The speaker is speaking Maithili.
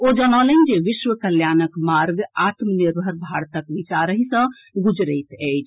ओ जनौलनि जे विश्व कल्याणक मार्ग आत्मनिर्भर भारतक विचारहि सँ गुजरैत अछि